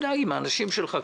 עם האנשים שלך,